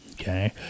Okay